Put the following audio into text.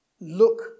Look